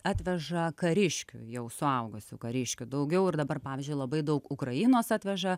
atveža kariškių jau suaugusių kariškių daugiau ir dabar pavyzdžiui labai daug ukrainos atveža